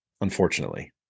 unfortunately